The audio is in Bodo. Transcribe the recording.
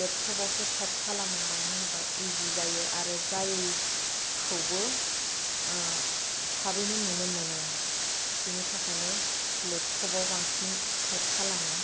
लेपट'पाआवसो टाइप खालामो मानो होनोब्ला इजि जायो आरो जायैखौबो थाबैनो नुनो मोनो बिनिथाखायनो लेपट'पआव बांसिन टाइप खालामो